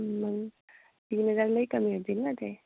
मग येणं जाणं नाही का म्हणतील ना ते